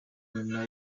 nyuma